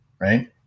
right